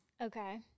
Okay